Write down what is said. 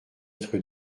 être